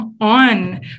on